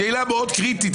שאלה מאוד קריטית,